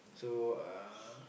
so uh